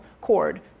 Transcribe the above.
cord